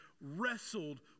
wrestled